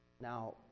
Now